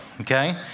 Okay